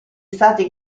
stati